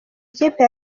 ikipe